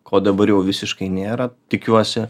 ko dabar jau visiškai nėra tikiuosi